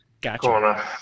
Gotcha